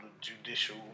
judicial